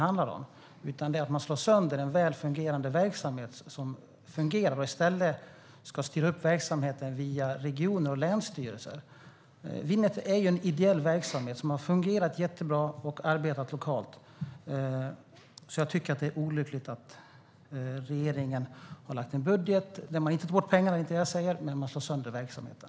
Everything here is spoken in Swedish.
Men man slår sönder en väl fungerande verksamhet och ska i stället styra upp den via regioner och länsstyrelser. Winnet är ju en ideell verksamhet som har fungerat jättebra och arbetat lokalt. Därför tycker jag att det är olyckligt att regeringen har lagt en budget där man slår sönder verksamheten, även om man inte tar bort pengarna.